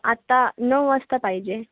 आता नऊ वाजता पाहिजे